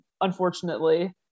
Unfortunately